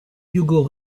hugo